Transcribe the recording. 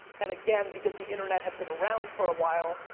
and again, because the internet had been around for a while,